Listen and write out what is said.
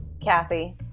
Kathy